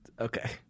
Okay